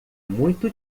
muito